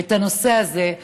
את הנושא הזה.